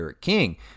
king